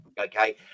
Okay